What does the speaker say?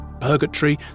Purgatory